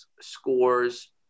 scores